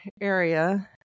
area